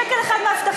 שקל אחד מההבטחה,